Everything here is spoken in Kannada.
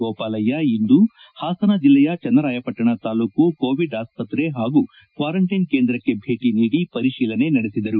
ಗೋಪಾಲಯ್ಲ ಇಂದು ಹಾಸನ ಜಲ್ಲೆಯ ಚನ್ನರಾಯಪಟ್ಟಣ ತಾಲ್ಲೂಕು ಕೊವೀಡ್ ಆಸ್ತ್ರೆ ಹಾಗೂ ಕ್ವಾರಂಟ್ಲೆನ್ ಕೇಂದ್ರಕ್ತೆ ಭೇಟಿ ನೀಡಿ ಪರಿಶೀಲನೆ ನಡೆಸಿದರು